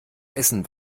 essen